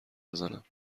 بزنم